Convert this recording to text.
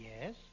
Yes